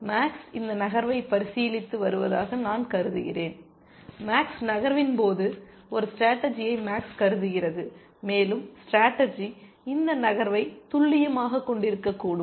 maths இந்த நகர்வை பரிசீலித்து வருவதாக நான் கருதுகிறேன் மேக்ஸ் நகர்வின் போது ஒரு ஸ்டேடர்ஜியை மேக்ஸ் கருதுகிறது மேலும் ஸ்டேடர்ஜி இந்த நகர்வை துல்லியமாக கொண்டிருக்கக்கூடும்